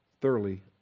Thoroughly